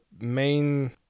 main